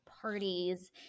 parties